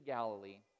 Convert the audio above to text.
Galilee